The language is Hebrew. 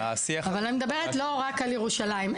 אני לא מדברת רק על ירושלים,